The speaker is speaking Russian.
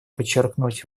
подчеркнуть